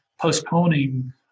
postponing